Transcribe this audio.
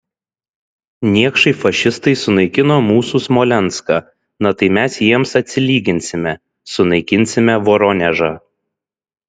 niekšai fašistai sunaikino mūsų smolenską na tai mes jiems atsilyginsime sunaikinsime voronežą